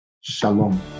Shalom